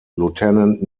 lieutenant